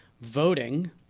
voting